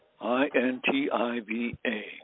I-N-T-I-V-A